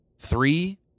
Three